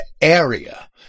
area